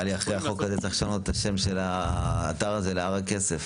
נראה לי אחרי החוק הזה צריך לשנות את השם של האתר הזה להר הכסף.